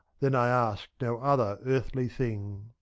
then i ask no other earthly thing.